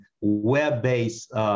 web-based